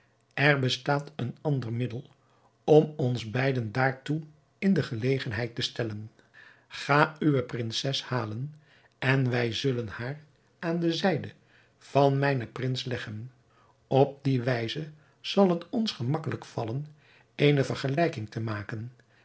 er bestaat een ander middel om ons beiden daartoe in de gelegenheid te stellen ga uwe prinses halen en wij zullen haar aan de zijde van mijnen prins leggen op die wijze zal het ons gemakkelijk vallen eene vergelijking te maken